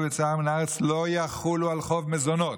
יציאה מן הארץ לא יחולו על חוב מזונות.